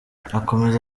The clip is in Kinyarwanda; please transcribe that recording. akomeza